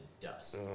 dust